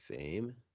fame